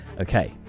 Okay